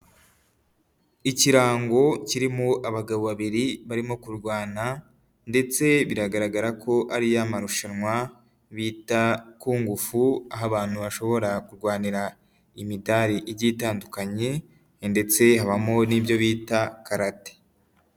Ikirango kirimo abagabo babiri barimo kurwana ndetse biragaragara ko ari ya marushanwa bita kungufu, aho abantu bashobora kurwanira imidari igiye itandukanye ndetse habamo n'ibyo bita karate.